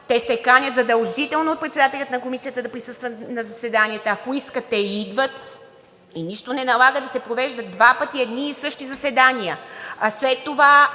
те канят задължително председателя на комисията да присъства на заседанията, а ако искат, те идват и нищо не налага да се провеждат едни и същи заседания. След това